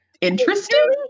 interesting